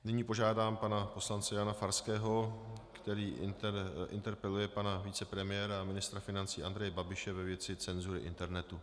Nyní požádám pana poslance Jana Farského, který interpeluje pana vicepremiéra a ministra financí Andreje Babiše ve věci cenzury internetu.